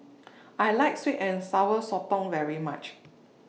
I like Sweet and Sour Sotong very much